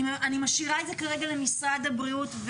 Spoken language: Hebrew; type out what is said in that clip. אני משאירה כרגע למשרד הבריאות,